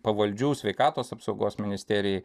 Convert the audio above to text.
pavaldžių sveikatos apsaugos ministerijai